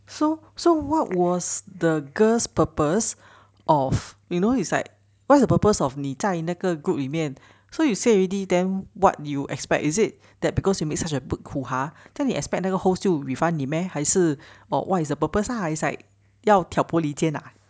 so so what was the girl's purpose of you know it's like what's the purpose of 你在那个 group 里面 so you say already then what you expect is it that because you make such a big hoo-ha then you expect 那个 host 就 refund 你 meh 还是 or what is the purpose lah it's like 要挑拨离间啊